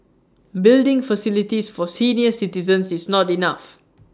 building facilities for senior citizens is not enough